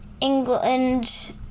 England